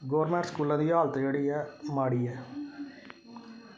government स्कूलें दी हालत जेह्ड़ी ऐ माड़ी ऐ